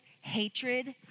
hatred